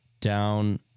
down